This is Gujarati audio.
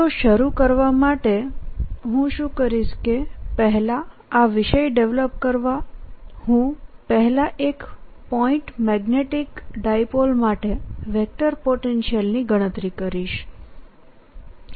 તો શરૂ કરવા માટેહું શું કરીશ કે પહેલા આ વિષય ડેવેલપકરવાહું પહેલા એકપોઈન્ટ મેગ્નેટીક ડાયપોલ માટે વેક્ટર પોટેન્શિયલ ની ગણતરી કરીશ